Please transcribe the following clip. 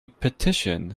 petition